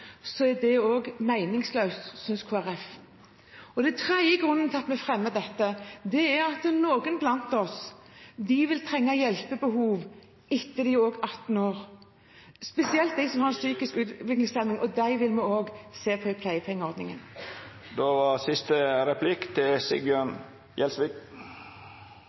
så krevende situasjon, er det meningsløst, synes Kristelig Folkeparti. Den tredje grunnen til at vi fremmer dette, er at noen blant oss vil ha et hjelpebehov etter fylte 18 år, spesielt de som er psykisk utviklingshemmet. For dem vil vi også se på pleiepengeordningen.